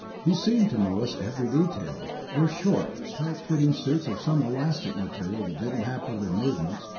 he seemed to notice every detail their short, tight-fitting suits of some elastic material that didn't hamper their movements,